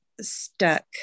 stuck